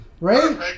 Right